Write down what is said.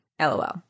LOL